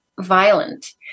violent